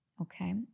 Okay